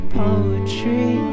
poetry